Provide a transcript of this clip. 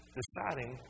deciding